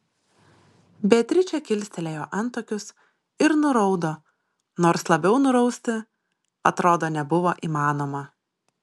beatričė kilstelėjo antakius ir nuraudo nors labiau nurausti atrodo nebuvo įmanoma